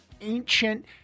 ancient